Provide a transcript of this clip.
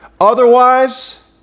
otherwise